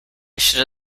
should